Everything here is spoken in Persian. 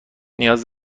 نیاز